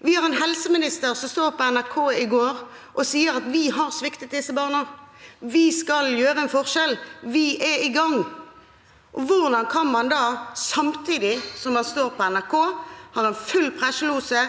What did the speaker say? en helseminister som på NRK i går sto og sa at vi har sviktet disse barna, vi skal gjøre en forskjell, vi er i gang. Hvordan kan man da, samtidig som man står på NRK og har en full presselosje